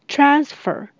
Transfer